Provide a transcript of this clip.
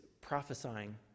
prophesying